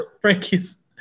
Frankie's